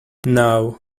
now